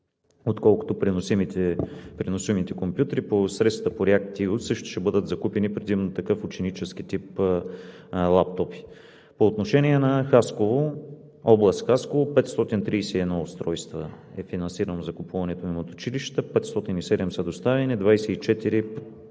отколкото преносимите компютри. Със средствата по REACT-EU също ще бъдат закупени предимно такъв ученически тип лаптопи. По отношение на област Хасково за 531 устройства е финансирано закупуването им от училищата, 507 са доставени, 24